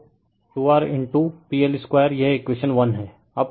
refer slide time 2307 तो 2 RPL2 यह equation 1 है